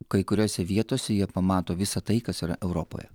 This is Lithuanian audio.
kai kuriose vietose jie pamato visa tai kas yra europoje